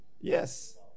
Yes